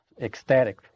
ecstatic